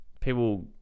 people